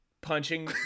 punching